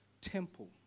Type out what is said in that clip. temple